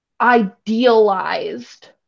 idealized